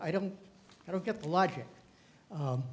i don't i don't get the logic